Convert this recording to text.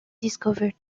discovered